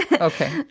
okay